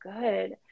good